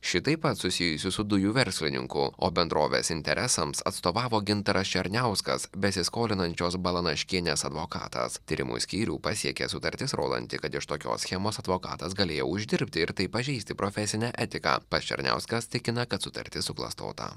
ši taip pat susijusi su dujų verslininku o bendrovės interesams atstovavo gintaras černiauskas besiskolinančios balanaškienės advokatas tyrimų skyrių pasiekė sutartis rodanti kad iš tokios schemos advokatas galėjo uždirbti ir taip pažeisti profesinę etiką pats černiauskas tikina kad sutartis suklastota